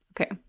Okay